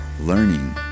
learning